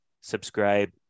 subscribe